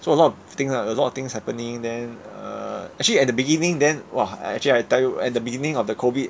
so a lot of things ah a lot of things happening then err actually at the beginning then !wah! actually I tell you at the beginning of the COVID